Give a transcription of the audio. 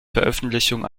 veröffentlichung